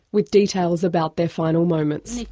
with details about their final moments.